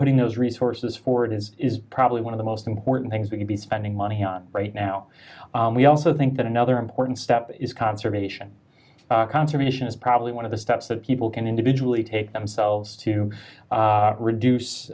putting those resources for it is is probably one of the most important things that could be spending money on right now we also think that another important step is conservation conservation is probably one of the steps that people can individually take themselves to reduce